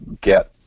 get